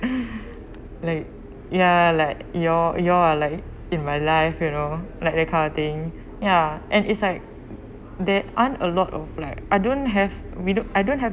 like ya like you're you're are like in my life you know like that kind of thing ya and it's like there aren't a lot of like I don't have we don't I don't have